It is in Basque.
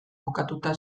kokatuta